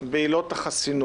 בהקשר הזה, פותח מבחן הגלישה.